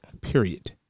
Period